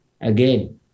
again